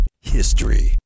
History